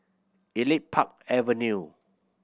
Elite Park Avenue